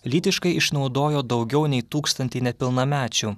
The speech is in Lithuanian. lytiškai išnaudojo daugiau nei tūkstantį nepilnamečių